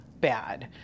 bad